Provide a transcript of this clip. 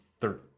third